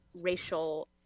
racial